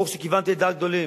מרוב שכיוונתי לדעת גדולים.